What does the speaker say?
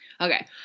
Okay